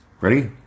Ready